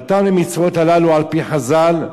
והטעם למצוות הללו על-פי חז"ל: